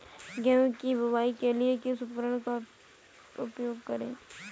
गेहूँ की बुवाई के लिए किस उपकरण का उपयोग करें?